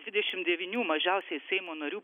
dvidešim devynių mažiausiai seimo narių